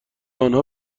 آنها